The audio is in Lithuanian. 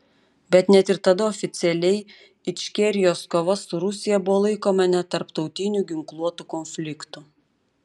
bet net ir tada oficialiai ičkerijos kova su rusija buvo laikoma netarptautiniu ginkluotu konfliktu